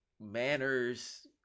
manners